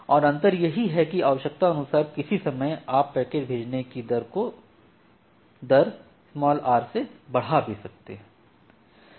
और अंतर यह है कि आवश्यकता अनुसार किसी समय आप पैकेट भेजने कि दर को r से बढ़ा भी सकते हैं